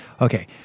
okay—